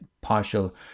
partial